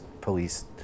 Police